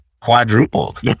quadrupled